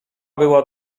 była